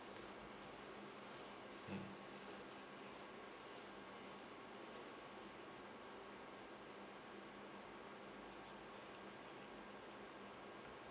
mm